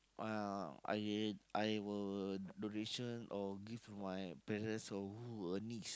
uh I really I will donation or give my parents or who a niece